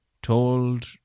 Told